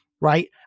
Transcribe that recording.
right